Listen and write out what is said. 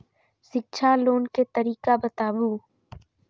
शिक्षा लोन के तरीका बताबू?